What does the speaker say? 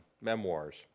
memoirs